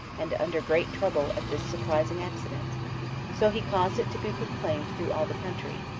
and under great trouble at this surprising accident so he caused it to be proclaimed through all the country,